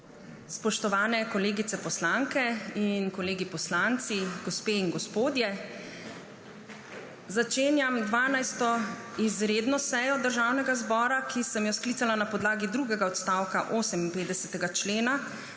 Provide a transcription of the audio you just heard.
Spoštovane kolegice poslanke in kolegi poslanci, gospe in gospodje! Začenjam 12. izredno sejo Državnega zbora, ki sem jo sklicala na podlagi drugega odstavka 58. člena